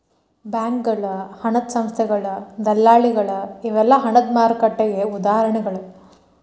ಬ್ಯಾಂಕಗಳ ಹಣದ ಸಂಸ್ಥೆಗಳ ದಲ್ಲಾಳಿಗಳ ಇವೆಲ್ಲಾ ಹಣದ ಮಾರುಕಟ್ಟೆಗೆ ಉದಾಹರಣಿಗಳ